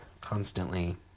constantly